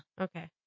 okay